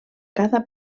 cada